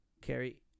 Carrie